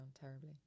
terribly